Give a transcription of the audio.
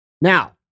Now